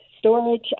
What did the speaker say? storage